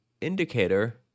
indicator